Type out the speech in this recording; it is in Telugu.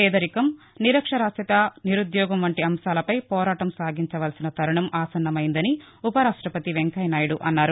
పేదరికం నిరక్షరాస్యత నిరుద్యోగం వంటి అంశాలపై పోరాటం సాగించవలసిన తరుణం ఆసన్నమైందని ఉప రాష్టపతి వెంకయ్య నాయుడు అన్నారు